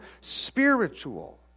spiritual